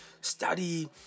study